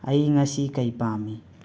ꯑꯩ ꯉꯁꯤ ꯀꯩ ꯄꯥꯝꯃꯤ